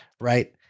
Right